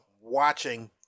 watching